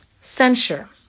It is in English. censure